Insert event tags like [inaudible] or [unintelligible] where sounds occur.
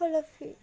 [unintelligible]